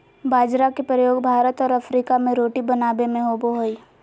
बाजरा के प्रयोग भारत और अफ्रीका में रोटी बनाबे में होबो हइ